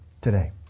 today